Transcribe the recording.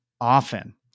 often